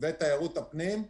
ואת תיירות הפנים.